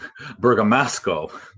Bergamasco